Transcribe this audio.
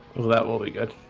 well, that will be good